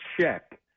check